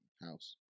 House